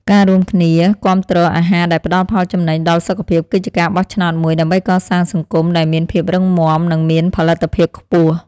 ការរួមគ្នាគាំទ្រអាហារដែលផ្តល់ផលចំណេញដល់សុខភាពគឺជាការបោះឆ្នោតមួយដើម្បីកសាងសង្គមដែលមានភាពរឹងមាំនិងមានផលិតភាពខ្ពស់។